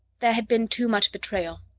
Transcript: there had been too much betrayal.